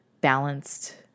balanced